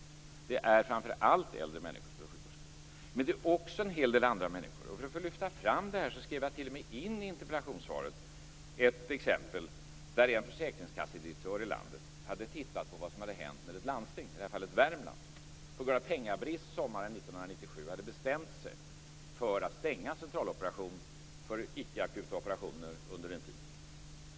Det är framför allt äldre människor som står i sjukvårdsköer. Men det är också en hel del andra människor. För att lyfta fram detta skrev jag t.o.m. in i interpellationen ett exempel där en försäkringskassedirektör i landet hade tittat på vad som hade hänt när ett landsting, i detta fall Värmland, på grund av pengabrist sommaren 1997 hade bestämt sig för att stänga centraloperation för icke-akuta operationer under en tid.